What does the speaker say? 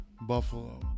Buffalo